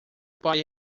pai